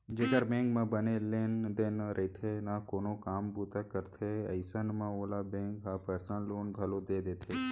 जेकर बेंक म बने लेन देन रइथे ना कोनो काम बूता करथे अइसन म ओला बेंक ह पर्सनल लोन घलौ दे देथे